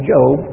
Job